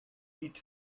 eat